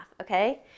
Okay